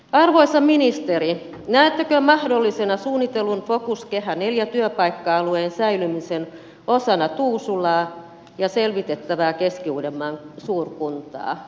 arvoisa ministeri näettekö mahdollisena suunnitellun kehä ivn focus työpaikka alueen säilymisen osana tuusulaa ja selvitettävää keski uudenmaan suurkuntaa